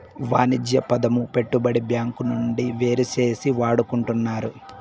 వాణిజ్య పదము పెట్టుబడి బ్యాంకు నుండి వేరుచేసి వాడుకుంటున్నారు